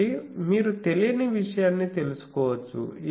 కాబట్టి మీరు తెలియని విషయాన్ని తెలుసుకోవచ్చు